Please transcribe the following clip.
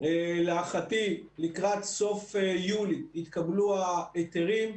להערכתי לקראת סוף יולי יתקבלו ההיתרים.